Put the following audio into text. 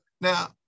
Now